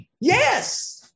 Yes